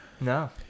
No